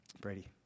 Brady